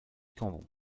cambon